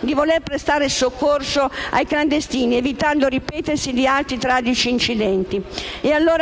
di voler prestare soccorso ai clandestini evitando il ripetersi di altri tragici incidenti.